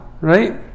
right